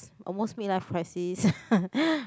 almost mid life crisis